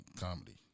comedy